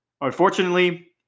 Unfortunately